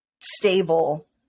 stable